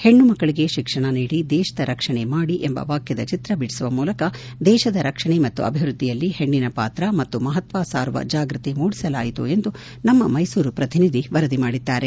ಹೆಣ್ಣು ಮಕ್ಕಳಿಗೆ ಶಿಕ್ಷಣ ನೀಡಿ ದೇಶದ ರಕ್ಷಣೆ ಮಾಡಿ ಎಂಬ ವಾಕ್ಕದ ಚಿತ್ರ ಬಿಡಿಸುವ ಮೂಲಕ ದೇಶದ ರಕ್ಷಣೆ ಮತ್ತು ಅಭಿವ್ಯದ್ವಿಯಲ್ಲಿ ಹೆಣ್ಣಿನ ಪಾತ್ರ ಮತ್ತು ಮಪತ್ವ ಸಾರುವ ಜಾಗೃತಿ ಮೂಡಿಸಲಾಯಿತು ಎಂದು ನಮ್ಮ ಮೈಸೂರು ಪ್ರತಿನಿಧಿ ವರದಿ ಮಾಡಿದ್ದಾರೆ